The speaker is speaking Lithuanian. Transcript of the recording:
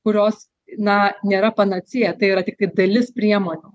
kurios na nėra panacėja tai yra tiktai dalis priemonių